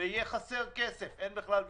יהיה חסר כסף, אין בכלל ויכוח.